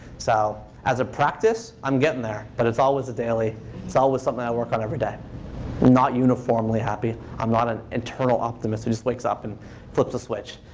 so, as a practice, i'm getting there. but it's always a daily it's always something i work on every day. i'm not uniformly happy. i'm not an eternal optimist who just wakes up and flips a switch.